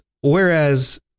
whereas